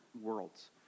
worlds